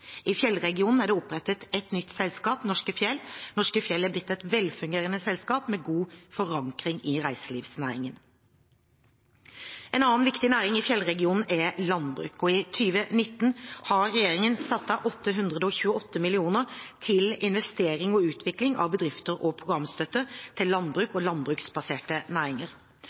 I fjellregionen er det opprettet et nytt selskap – Norske Fjell. Norske Fjell er blitt et velfungerende selskap med god forankring i reiselivsnæringen. En annen viktig næring i fjellregionen er landbruk. I 2019 har regjeringen satt av 828 mill. kr til investering og utvikling av bedrifter og programstøtte til landbruk og landbruksbaserte næringer.